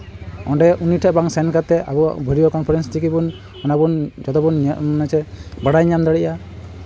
ᱚᱸᱰᱮ ᱩᱱᱤ ᱴᱷᱮᱡ ᱵᱟᱝ ᱥᱮᱱ ᱠᱟᱛᱮᱫ ᱟᱵᱚ ᱵᱷᱤᱰᱭᱳ ᱠᱚᱱᱯᱷᱟᱨᱮᱱᱥ ᱛᱮᱜᱮ ᱵᱚᱱ ᱚᱱᱟ ᱵᱚᱱ ᱢᱟᱱᱮ ᱪᱮᱫ ᱵᱟᱲᱟᱭ ᱧᱟᱢ ᱫᱟᱲᱮᱭᱟᱜᱼᱟ